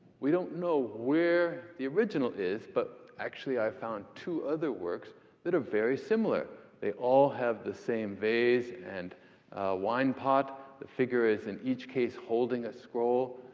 we don't know where the original is, but actually, i found two other works that are very similar. they all have the same vase and wine pot. the figure is, in each case, holding a scroll.